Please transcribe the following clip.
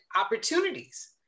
opportunities